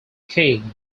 king